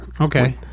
okay